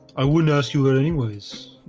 i wouldn't ask you it anyways